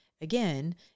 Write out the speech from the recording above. Again